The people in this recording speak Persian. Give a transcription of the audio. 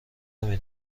نمی